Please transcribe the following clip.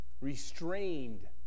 Restrained